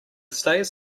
stays